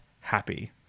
happy